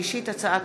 הצרכן (תיקון,